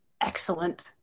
excellent